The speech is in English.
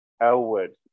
Elwood